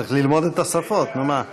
צריך ללמוד את השפות, נו, מה?